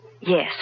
Yes